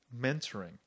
mentoring